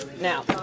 Now